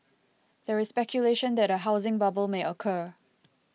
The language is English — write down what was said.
there is speculation that a housing bubble may occur